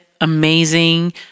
amazing